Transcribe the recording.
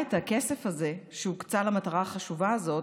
את הכסף הזה שהוקצה למטרה החשובה הזאת,